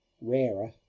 rarer